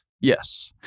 Yes